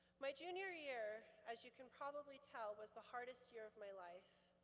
my junior year, as you can probably tell, was the hardest year of my life.